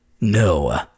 no